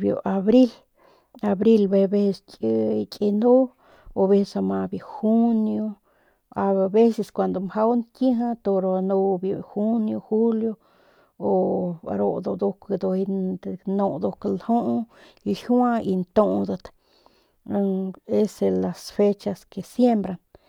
biu abril abril bijiy aveces kiy ki nu o aveces sama biu junio avceces kun mjau nkiji bi nu biu junio julio u ru nduk ljuu ljiua y ntudat nnn es el de las fechas que siembran.